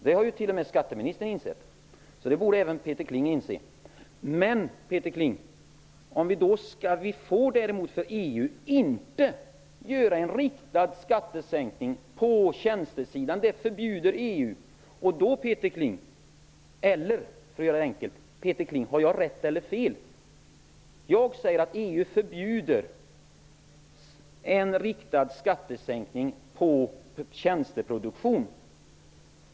Det har t.o.m. skatteministern insett, så det borde även Jag påstår att EU förbjuder en riktad skattesänkning på tjänsteproduktion.